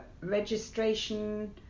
Registration